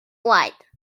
wide